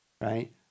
right